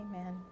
Amen